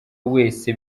wese